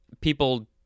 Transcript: people